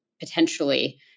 Potentially